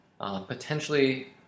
potentially